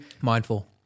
mindful